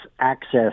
access